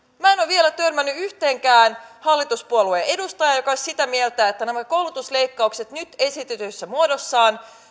minä en ole vielä törmännyt yhteenkään hallituspuolueen edustajaan joka olisi sitä mieltä että nämä koulutusleikkaukset nyt esitetyssä muodossaan